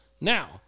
Now